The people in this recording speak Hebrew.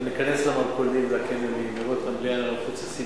ניכנס למרכולים, לקניונים,